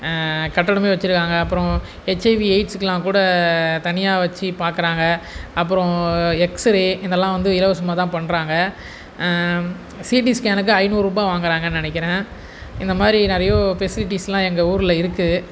கட்டடமே வச்சுருக்காங்க அப்புறம் ஹெச்ஐவி எயிட்ஸ்ஸுக்கெலாம் கூட தனியாக வச்சு பார்க்குறாங்க அப்புறம் எக்ஸ்ரே இதெல்லாம் வந்து இலவசமாக தான் பண்ணுறாங்க சிடி ஸ்கேனுக்கு ஐநூறு ரூபாய் வாங்குகிறாங்கனு நினைக்குறேன் இந்தமாதிரி நிறைய ஃபெசிலிட்டிஸெலாம் எங்கள் ஊரில் இருக்குது